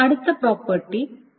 അടുത്ത property isolation ആണ്